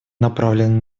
направленные